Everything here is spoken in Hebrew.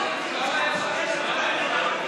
לשבת.